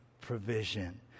provision